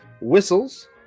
whistles